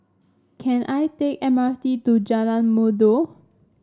can I take M R T to Jalan Merdu